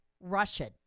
Russian